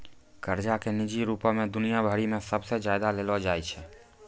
कर्जा के निजी रूपो से दुनिया भरि मे सबसे ज्यादा लेलो जाय छै